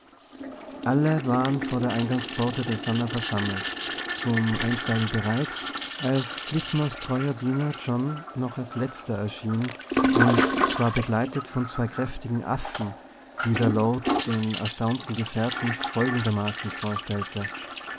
alle waren vor der eingangspforte der sannah versammelt zum einsteigen bereit als flitmores treuer diener john noch als letzter erschien und zwar begleitet von zwei kräftigen affen die der lord den erstaunten gefährten folgendermaßen vorstellte